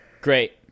Great